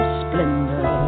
splendor